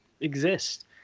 exist